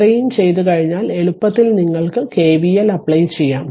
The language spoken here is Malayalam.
ഇത്രയും ചെയ്തു കഴിഞ്ഞാൽ എളുപ്പത്തിൽ നിങ്ങൾക്കു KVL അപ്ലൈ ചെയാം